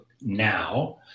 now